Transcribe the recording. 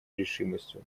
решимостью